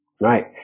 Right